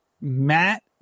Matt